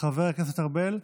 חבר הכנסת משה ארבל,